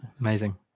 Amazing